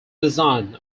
design